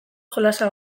jolasa